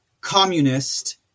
communist